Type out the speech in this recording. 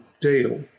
deal